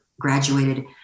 graduated